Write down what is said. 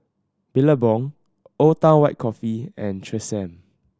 Billabong Old Town White Coffee and Tresemme